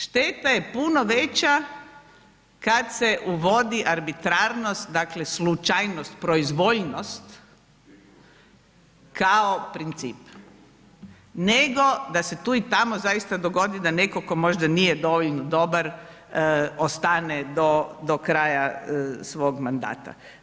Šteta je puno veća kad se uvodi arbitrarnost dakle slučajnost, proizvoljnost kao princip nego da se tu i tamo zaista dogodi da netko tko možda nije dovoljno dobar ostane do kraja svog mandata.